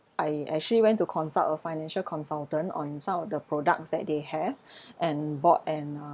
I actually went to consult a financial consultant on some of the products that they have and bought and uh